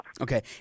okay